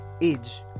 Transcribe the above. age